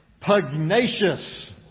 pugnacious